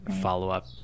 follow-up